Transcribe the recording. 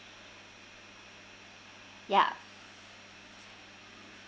ya